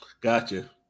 Gotcha